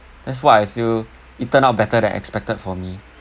that's why I feel it turn out better than expected for me